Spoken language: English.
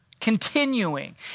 Continuing